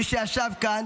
מי שישב כאן,